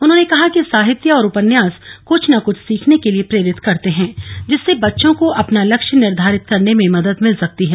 उन्होंने कहा कि साहित्य और उपन्यास कुछ न कृष्ठ सीखने के लिए प्रेरित करते हैं जिससे बच्चों को अपना लक्ष्य निधारित करने में मदद भिल सकती है